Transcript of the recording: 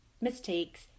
mistakes